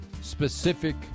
specific